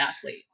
athlete